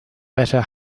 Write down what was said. better